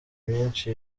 myinshi